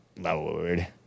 Lord